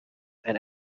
and